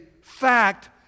fact